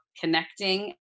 connecting